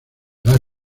las